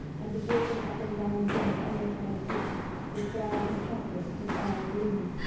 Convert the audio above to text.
and was walking up and down the room in earnest meditation his brow contracted, his air gloomy.